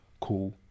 cool